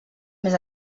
més